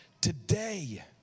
today